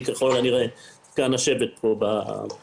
אני ככל הנראה זקן השבט בוועדה,